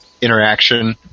interaction